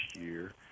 year